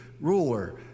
ruler